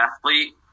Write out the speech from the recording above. athlete